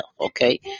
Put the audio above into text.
okay